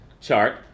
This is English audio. chart